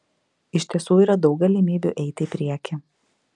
iš tiesų yra daug galimybių eiti į priekį